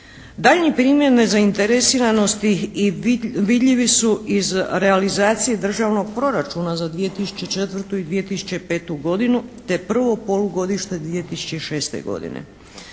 Daljnji primjer nezainteresiranosti vidljivi su iz realizacije državnog proračuna za 2004. i 2005. godinu te prvo polugodište 2006. godine.